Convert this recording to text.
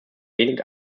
wenig